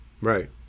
Right